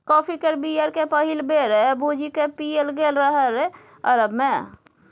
coffee केर बीया केँ पहिल बेर भुजि कए पीएल गेल रहय अरब मे